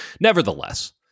Nevertheless